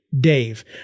Dave